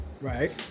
Right